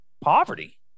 poverty